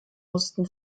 mussten